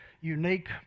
unique